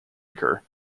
occur